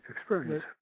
experience